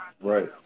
Right